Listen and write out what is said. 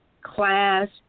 class